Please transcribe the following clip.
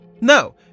No